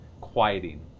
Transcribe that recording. quieting